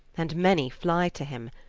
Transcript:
and many flye to him,